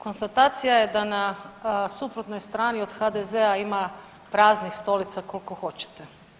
Konstatacija je da na suprotnoj strani od HDZ-a ima praznih stolica koliko hoćete.